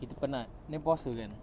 kita penat then puasa kan